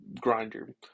Grinder